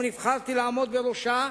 שבו נבחרתי לעמוד בראשה,